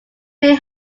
may